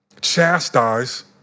chastise